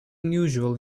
unusual